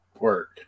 work